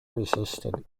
resistant